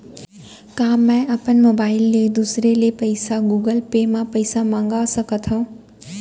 का मैं अपन मोबाइल ले दूसर ले पइसा गूगल पे म पइसा मंगा सकथव?